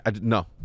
no